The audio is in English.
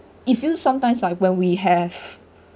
it feels sometimes like when we have